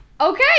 Okay